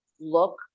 look